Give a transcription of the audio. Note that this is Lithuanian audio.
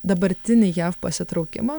dabartinį jav pasitraukimą